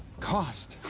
cost?